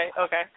okay